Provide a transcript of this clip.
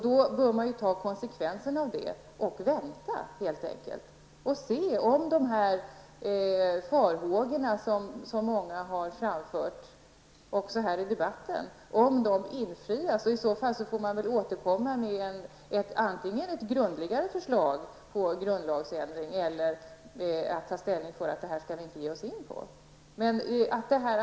Då bör man ta konsekvenserna av det och helt enkelt vänta och se om de farhågor som många har framfört, också här i debatten, besannas. I så fall får man återkomma, antingen med ett grundligare genomarbetat förslag till grundlagsändring eller genom att ta ställning för att vi inte skall ges oss in på detta.